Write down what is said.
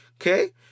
Okay